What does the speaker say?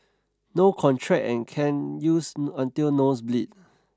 no contract and can use until nose bleed